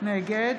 נגד